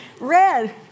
Red